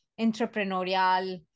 entrepreneurial